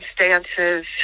circumstances